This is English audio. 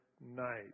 night